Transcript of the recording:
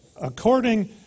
According